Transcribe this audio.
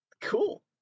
Cool